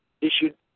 issued